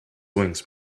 wings